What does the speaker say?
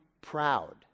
proud